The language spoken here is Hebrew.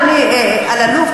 אדון אלאלוף,